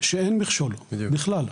שאין מכשול בכלל.